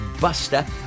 Buster